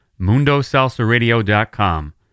MundoSalsaRadio.com